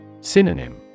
Synonym